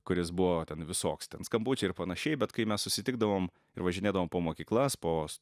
kuris buvo ten visoks ten skambučiai ir panašiai bet kai mes susitikdavom ir važinėdavom po mokyklas po